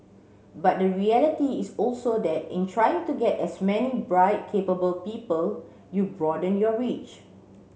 but the reality is also that in trying to get as many bright capable people you broaden your reach